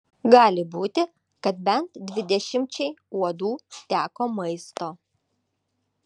gali būti kad bent dvidešimčiai uodų teko maisto